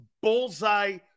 bullseye